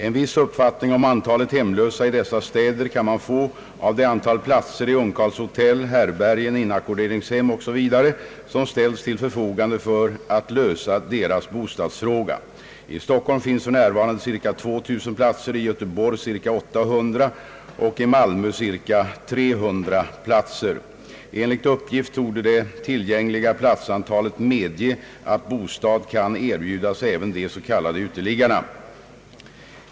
En viss uppfattning om antalet hemlösa i dessa städer kan man få av det antal platser i ungkarlshotell, härbärgen, inackorderingshem osv. som ställts till förfogande för att lösa deras bostadsfråga. I Stockholm finns för närvarande cirka 2 000 platser, i Göteborg cirka 800 och i Malmö cirka 300 platser. Enligt uppgift torde det tillgängliga platsantalet medge att bostad kan erbjudas även de s.k. uteliggarna.